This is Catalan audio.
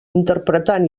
interpretant